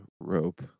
rope